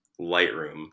lightroom